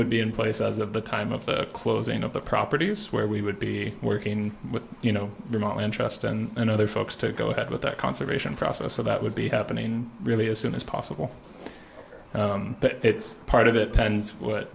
would be in place as of the time of the closing of the properties where we would be working with you know remotely interest and other folks to go ahead with that conservation process so that would be happening really as soon as possible but it's part of it